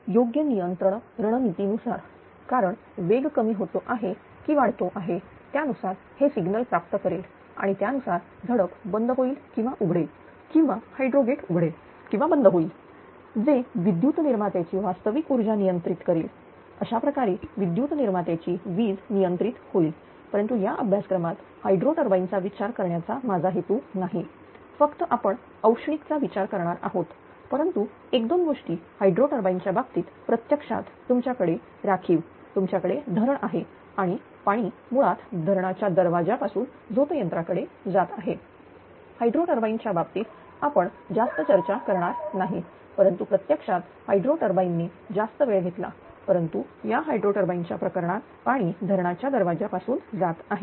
तर योग्य नियंत्रण रणनीती नुसार कारण वेग कमी होतो आहे की वाढतो आहे त्यानुसार हे सिग्नल प्राप्त करेल आणि त्यानुसार झडप बंद होईल किंवा उघडेल किंवा हायड्रो गेट उघडेल किंवा बंद होईल जे विद्युत निर्मात्या ची वास्तविक ऊर्जा नियंत्रित करेल अशाप्रकारे विद्युत निर्मात्या ची विज नियंत्रित होईल परंतु या अभ्यासक्रमात हायड्रो टरबाइन चा विचार करण्याचा माझा हेतू नाही फक्त आपण औष्णिक चा विचार करणार आहोत परंतु एक दोन गोष्टी हायड्रो टरबाइन च्या बाबतीत प्रत्यक्षात तुमच्याकडे राखीव तुमच्याकडे धरण आहे आणि पाणी मुळात धरणाच्या दरवाजापासून झोतयंत्राकडे जात आहे हायड्रो टरबाइन च्या बाबतीत आपण जास्त चर्चा करणार नाही परंतु प्रत्यक्षात हायड्रो टरबाइन नि जास्त वेळ घेतला परंतु या हायड्रो टरबाइन च्या प्रकरणात पाणी धरणाच्या दरवाजापासून जात आहे